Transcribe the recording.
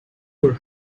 for